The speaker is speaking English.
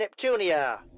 Neptunia